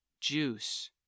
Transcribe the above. juice